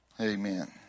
Amen